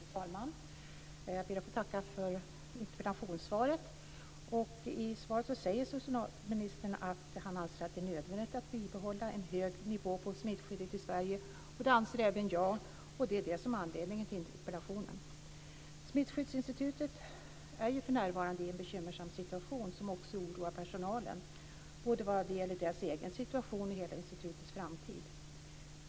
Fru talman! Jag ber att få tacka för interpellationssvaret. I svaret säger socialministern att han anser att det är nödvändigt att bibehålla en hög nivå på smittskyddet i Sverige. Det anser även jag, och det är det som är anledningen till interpellationen. Smittskyddsinstitutet är ju för närvarande i en bekymmersam situation som också oroar personalen, både när det gäller deras egen situation och när det gäller institutets framtid.